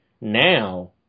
now